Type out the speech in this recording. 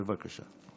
בבקשה.